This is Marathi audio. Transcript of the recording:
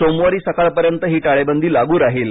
सोमवारी सकाळपर्यंत ही टाळेबंदी लागू राहील